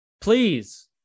Please